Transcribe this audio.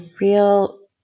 real